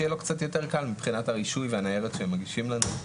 שיהיה לו קצת יותר קל מבחינת הרישוי והניירת שהם מגישים לנו.